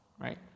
right